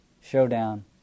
showdown